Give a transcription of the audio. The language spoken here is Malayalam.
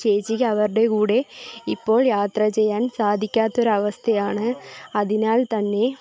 ചേച്ചിക്ക് അവരുടെ കൂടെ ഇപ്പോൾ യാത്ര ചെയ്യാൻ സാധിക്കാത്തൊരവസ്ഥയാണ് അതിനാൽത്തന്നെ